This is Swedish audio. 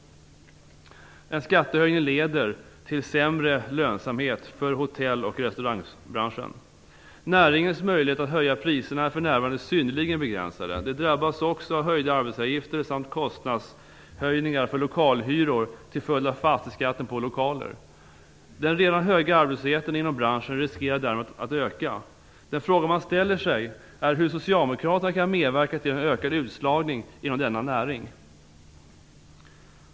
En skattehöjning leder till sämre lönsamhet för hotell och restaurangbranschen. Näringens möjligheter att höja priserna är för närvarande synnerligen begränsade. De drabbas också av höjda arbetsgivaravgifter samt kostnadsökningar för lokalhyror till följd av fastighetsskatten på lokaler. Den redan höga arbetslösheten inom branschen riskerar därmed att öka. Den fråga man ställer sig är hur Socialdemokraterna kan medverka till en ökad utslagning inom denna näring.